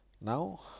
Now